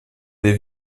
des